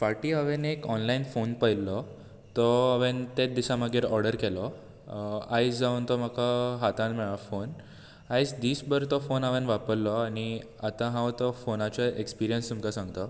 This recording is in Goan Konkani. फाटीं हांवेन एक ऑनलायन फोन पळयल्लो तो हांवेन मागीर तेच दिसा ऑर्डर केलो आयज जावन तो म्हाका हातांत मेवळा फोन आयज दीसभर हांवेंन तो फोन वापरलो आनी आतां हांव तो फोनाचो तुमकां एस्पिरियन्स सांगतां